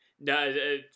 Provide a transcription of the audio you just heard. No